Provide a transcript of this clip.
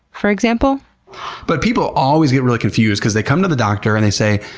for example but people always get really confused because they come to the doctor and they say,